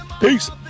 Peace